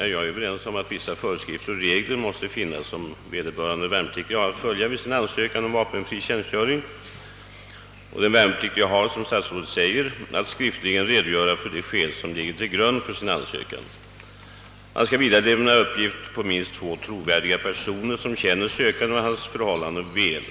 det måste finnas vissa föreskrifter och regler, som vederbörande värnpliktig har att följa vid sin ansökan om vapenfri tjänstgöring. Som statsrådet framhåller har den värnpliktige att skriftligt redogöra för de skäl som ligger till grund för hans ansökan. Vidare skall han lämna uppgift på minst två trovärdiga personer, som väl känner sökanden och hans förhållanden.